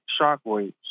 shockwaves